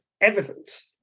evidence